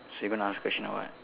so you gonna ask question or what